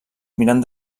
miren